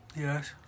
Yes